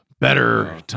better